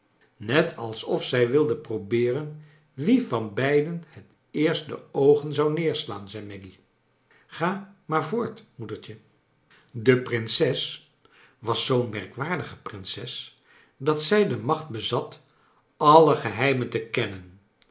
net als of zij wilden probeerea wie van beiden het eerst de oogen zou neerslaan zei maggy ga maar voort moedertje de prinses was zoo'n merkwaardige prinses dat zij de macht bezat alle geheimen te kennen